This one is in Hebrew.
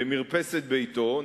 במרפסת ביתו,